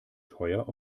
teuer